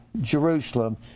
Jerusalem